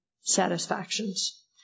satisfactions